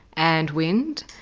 and wind,